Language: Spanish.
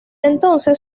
entonces